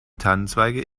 tannenzweige